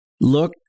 look